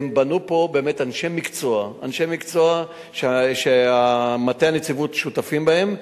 בנו פה באמת אנשי מקצוע, שמטה הנציבות שותפים להם,